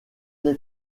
des